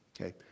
Okay